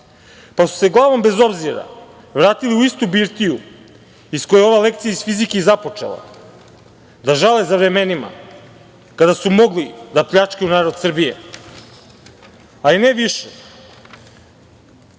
pa su se glavom bez obzira vratili u istu birtiju iz koje je ova lekcija iz fizike započela, da žale za vremenima kada su mogli da pljačkaju narod Srbije, ali ne više.